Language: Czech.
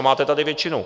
Máte tady většinu.